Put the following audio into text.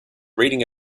reading